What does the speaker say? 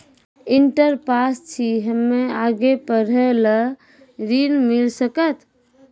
Inter pass छी हम्मे आगे पढ़े ला ऋण मिल सकत?